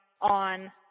on